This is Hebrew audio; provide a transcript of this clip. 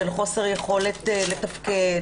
של חוסר יכולת לתפקד,